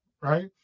right